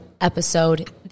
episode